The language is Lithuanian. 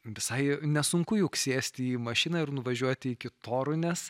visai nesunku juk sėsti į mašiną ir nuvažiuoti iki torūnės